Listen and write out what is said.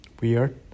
Weird